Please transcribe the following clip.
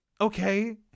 Okay